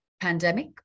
pandemic